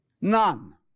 None